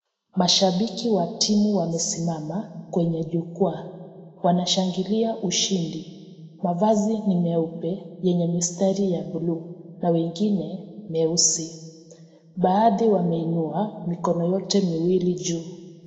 Mashabiki wa timu wamesimama, kwenye jukwaa, wanashangilia ushindi, mavazi ni meupe, yenye mistari ya (cs) blue(cs), na wengine, meusi, baadhi wameinua, mikono yote miwili juu.